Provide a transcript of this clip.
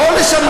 לא לשנות,